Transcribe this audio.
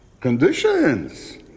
Conditions